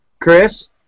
Chris